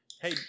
Hey